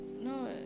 no